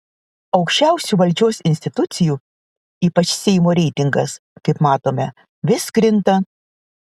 aukščiausių valdžios institucijų ypač seimo reitingas kaip matome vis krinta